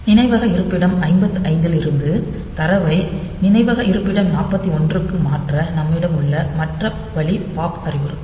நினைவக இருப்பிடம் 55 இலிருந்து தரவை நினைவக இருப்பிடம் 41 ற்கு மாற்ற நம்மிடம் உள்ள மற்ற வழி பாப் அறிவுறுத்தல்